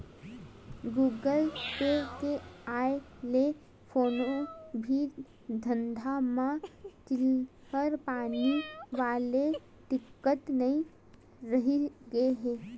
Google Pay के आय ले कोनो भी धंधा म चिल्हर पानी वाले दिक्कत नइ रहिगे हे